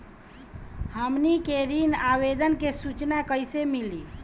हमनी के ऋण आवेदन के सूचना कैसे मिली?